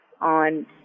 on